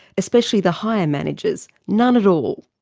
especially the higher managers. none at all.